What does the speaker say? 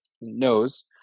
knows